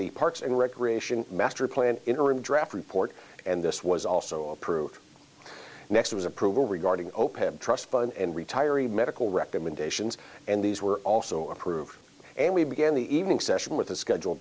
the parks and recreation masterplan interim draft report and this was also approved next was approval regarding trust fund and retiree medical recommendations and these were also approved and we began the evening session with a schedule